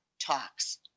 talks